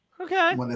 okay